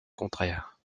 contraire